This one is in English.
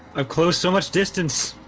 i've closed so much distance.